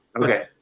Okay